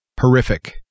horrific